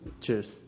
cheers